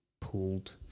pulled